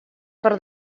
per